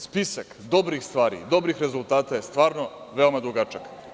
Spisak dobrih stvari, dobrih rezultata je stvarno veoma dugačak.